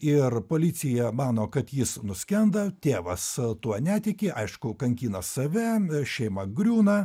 ir policija mano kad jis nuskendo tėvas tuo netiki aišku kankina save šeima griūna